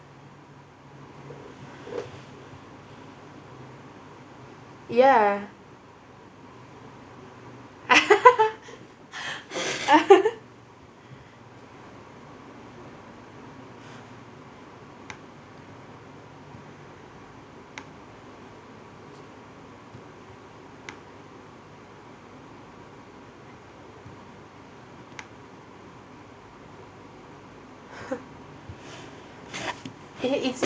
ya it's